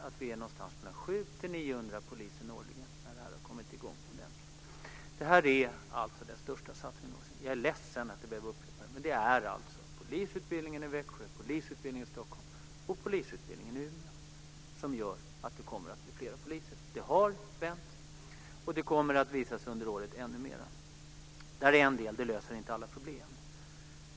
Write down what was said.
Det innebär 700-900 nya poliser årligen, när det har kommit i gång ordentligt. Detta är den största satsningen någonsin. Jag är ledsen att behöva upprepa det, men det är polisutbildningen i Växjö, polisutbildningen i Stockholm och polisutbildningen i Umeå som gör att det kommer att bli flera poliser. Det har vänt, och det kommer att visa sig ännu mera under året. Det är en del; det löser inte alla problem.